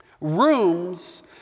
Rooms